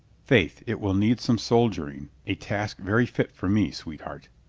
faith, it will need some soldier ing. a task very fit for me, sweetheart.